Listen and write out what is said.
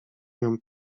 nią